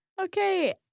Okay